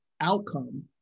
outcome